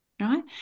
right